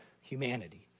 humanity